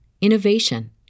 innovation